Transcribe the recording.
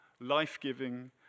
life-giving